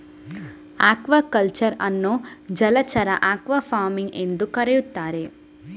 aquaculture ಅನ್ನು ಜಲಚರ aquafarming ಎಂದೂ ಕರೆಯುತ್ತಾರೆ